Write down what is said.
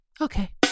Okay